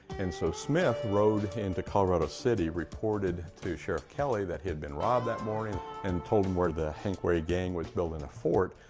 and so smith rode into colorado city, reported to sheriff kelley that he had been robbed that morning, and told him where the hank way gang was building a fort.